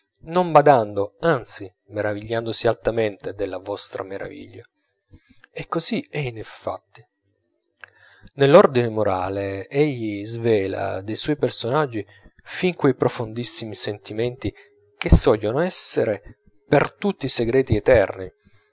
non badando anzi meravigliandosi altamente della vostra meraviglia e così è in fatti nell'ordine morale egli svela dei suoi personaggi fin quei profondissimi sentimenti che sogliono essere per tutti segreti eterni